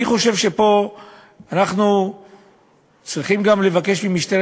אני חושב שפה אנחנו צריכים גם לבקש ממשטרת